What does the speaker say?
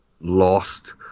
lost